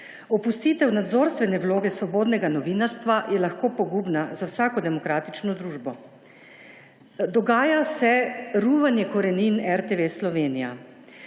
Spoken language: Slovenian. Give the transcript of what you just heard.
Opustitev nadzorstvene vloge svobodnega novinarstva je lahko pogubna za vsako demokratično družbo. Dogaja se ruvanje korenin RTV Slovenija.